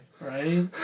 Right